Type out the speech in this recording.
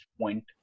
point